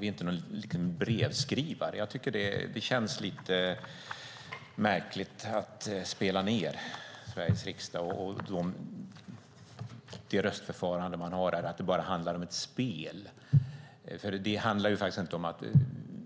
Det är inte någon liten brevskrivare. Det känns lite märkligt att spela ned Sveriges riksdag och det röstförfarande man har här, som att det bara skulle handla om ett spel. Det handlar faktiskt inte om att